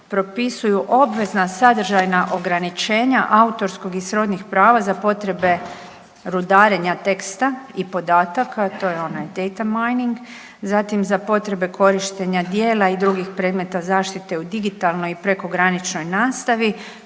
propisuju obvezna sadržajna ograničenja autorskog i srodnih prava za potrebe rudarenja teksta i podataka, to je onaj date meaning, zatim za potrebe korištenja djela i drugih predmeta zaštite u digitalnoj i prekograničnoj nastavi